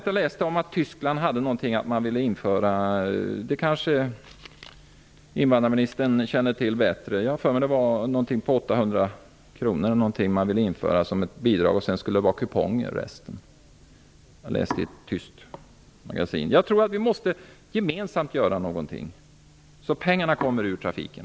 Jag läste i ett tyskt magasin att man i Tyskland ville införa ett system med 800 kr i bidrag. Resten skulle vara kuponger. Jag har för mig att det var så. Kanske känner invandraministern bättre till detta. Jag tror att vi gemensamt måste göra någonting, så att pengarna kommer ur trafiken.